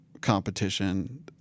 competition